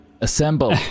Assemble